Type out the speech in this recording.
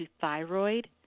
thyroid